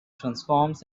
transforms